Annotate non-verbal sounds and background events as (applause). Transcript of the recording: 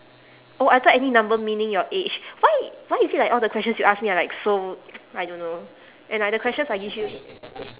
oh I thought any number meaning your age why why is it like all the questions you ask me are like so (noise) I don't know and like the questions I give you